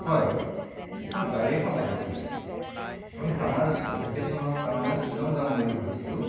হয় মোক গাড়ী এখন লাগিছিল আমি ছামাৰ ভেকেশ্যনৰ কাৰণে শ্বিলং যাম বুলি ভাবিছিলোঁ